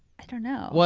i don't know.